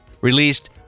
released